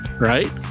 right